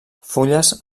fulles